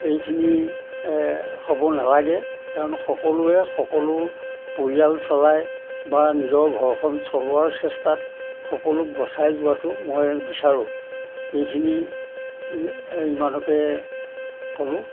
এইখিনি হ'ব নালাগে কাৰণ সকলোৱে সকলো পৰিয়াল চলাই বা নিজৰ ঘৰখন চলোৱাৰ চেষ্টাত সকলোক বচাই যোৱাটো মই বিচাৰোঁ এইখিনি ইমানকে ক'লোঁ